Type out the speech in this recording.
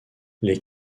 les